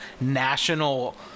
national –